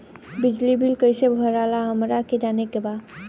बिजली बिल कईसे भराला हमरा के जाने के बा?